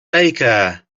baker